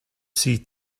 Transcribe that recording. see